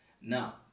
now